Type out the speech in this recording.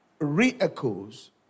re-echoes